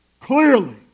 clearly